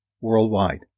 worldwide